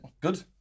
good